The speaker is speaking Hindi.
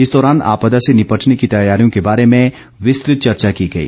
इस दौरान आपदा से निपटने की तैयारियों के बारे में विस्तृत चर्चा की गई